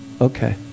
okay